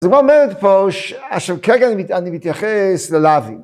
אז הגמרא אומרת פה ש, עכשיו כרגע אני מתייחס ללוי.